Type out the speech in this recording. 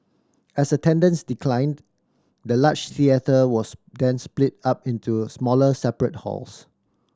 as attendance declined the large theatre was then split up into smaller separate halls